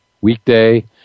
weekday